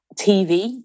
TV